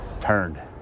turned